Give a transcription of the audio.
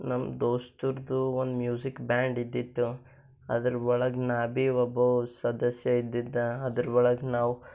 ನಮ್ಮ ದೋಸ್ತರದು ಒಂದು ಮ್ಯೂಸಿಕ್ ಬ್ಯಾಂಡ್ ಇದ್ದಿತ್ತು ಅದರ ಒಳಗೆ ನಾನು ಭೀ ಒಬ್ಬ ಸದಸ್ಯ ಇದ್ದಿದ್ದೆ ಅದರ ಒಳಗೆ ನಾವು